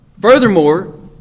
Furthermore